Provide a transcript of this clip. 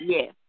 Yes